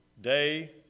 day